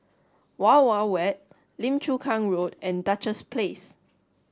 Wild Wild Wet Lim Chu Kang Road and Duchess Place